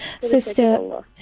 Sister